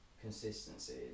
consistency